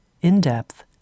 in-depth